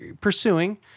pursuing